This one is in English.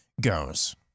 goes